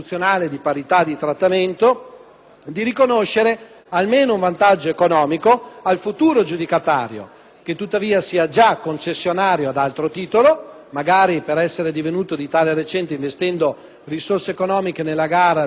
di riconoscere almeno un vantaggio economico al futuro aggiudicatario, che tuttavia sia già concessionario ad altro titolo (magari per essere divenuto tale di recente, investendo risorse economiche nella gara bandita nel 2006,